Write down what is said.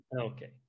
Okay